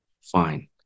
fine